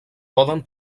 poden